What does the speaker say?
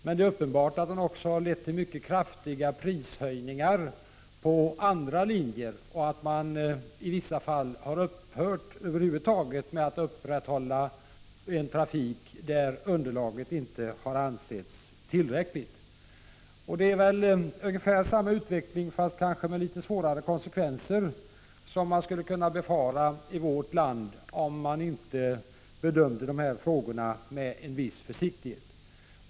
Men det är uppenbart att den också har lett till mycket kraftiga prishöjningar på andra linjer och att man i vissa fall har upphört helt och hållet med att upprätthålla trafik där underlaget inte har ansetts tillräckligt. Det är ungefär samma utveckling, fast kanske med litet svårare konsekvenser, man skulle kunna befara i vårt land om inte de här frågorna bedömdes med en viss försiktighet.